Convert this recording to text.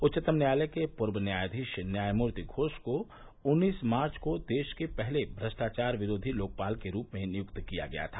उच्चतम न्यायालय के पूर्व न्यायाधीश न्यायमूर्ति घोष को उन्नीस मार्च को देश के पहले भ्रष्टाचार विरोधी लोकपाल के रूप में नियुक्त किया गया था